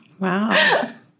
Wow